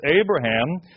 Abraham